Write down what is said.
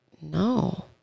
no